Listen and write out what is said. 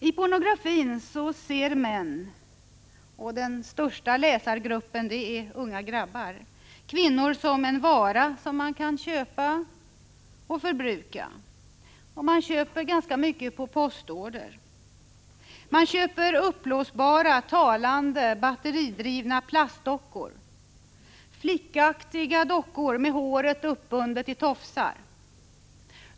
I pornografin ser män — och den största läsargruppen är unga grabbar — kvinnor som en vara som man kan köpa och förbruka. Man köper ganska mycket på postorder, man köper uppblåsbara, talande, batteridrivna plastdockor, flickaktiga dockor med håret uppbundet i tofsar.